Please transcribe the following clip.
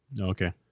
Okay